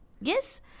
Yes